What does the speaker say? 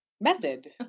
method